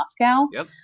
Moscow